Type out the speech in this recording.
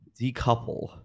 decouple